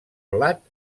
blat